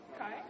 Okay